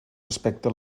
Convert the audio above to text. respecte